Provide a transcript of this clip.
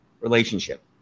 relationship